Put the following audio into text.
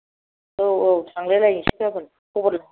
औ औ थांनाय नायसै गाबोन खबर लाहर नायदो